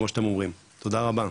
תודה רבה.